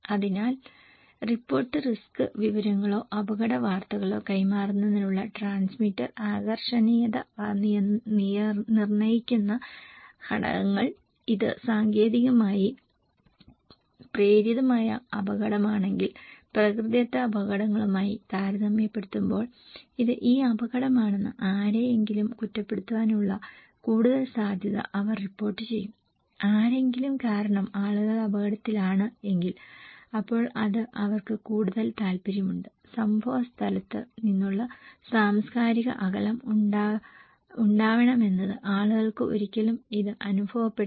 അതിനാൽ report risk വിവരങ്ങളോ അപകട വാർത്തകളോ കൈമാറുന്നതിനുള്ള ട്രാൻസ്മിറ്റർ ആകർഷണീയത നിർണ്ണയിക്കുന്ന ഘടകങ്ങൾ ഇത് സാങ്കേതികമായി പ്രേരിതമായ അപകടമാണെങ്കിൽ പ്രകൃതിദത്ത അപകടങ്ങളുമായി താരതമ്യപ്പെടുത്തുമ്പോൾ ഇത് ഈ അപകടമാണെന്ന് ആരെയെങ്കിലും കുറ്റപ്പെടുത്താനുള്ള കൂടുതൽ സാധ്യത അവർ റിപ്പോർട്ട് ചെയ്യും ആരെങ്കിലും കാരണം ആളുകൾ അപകടത്തിലാണ് എങ്കിൽ അപ്പോൾ അത് അവർക്ക് കൂടുതൽ താൽപ്പര്യമുണ്ട് സംഭവസ്ഥലത്ത് നിന്നുള്ള സാംസ്കാരിക അകലം ഉണ്ടാവേണമെന്നത് ആളുകൾക്ക് ഒരിക്കലും ഇത് അനുഭവപ്പെടില്ല